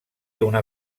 una